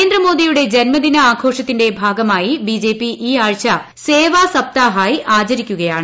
നരേന്ദ്രമോദിയുടെ ജന്മദിന ആഘോഷത്തിന്റെ ഭാഗമായി ബിജെപി ഈ ആഴ്ച സേവ സപ്താഹായി ആചരിക്കുകയാണ്